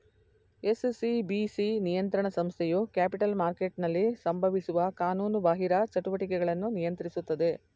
SCBC ನಿಯಂತ್ರಣ ಸಂಸ್ಥೆಯು capital ಮಾರ್ಕೆಟ್ನಲ್ಲಿ ಸಂಭವಿಸುವ ಕಾನೂನುಬಾಹಿರ ಚಟುವಟಿಕೆಗಳನ್ನು ನಿಯಂತ್ರಿಸುತ್ತದೆ